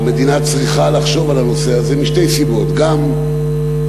המדינה צריכה לחשוב על הנושא הזה משתי סיבות: גם הרבה